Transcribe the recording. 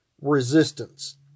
resistance